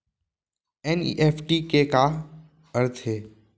NEFT के का अर्थ है?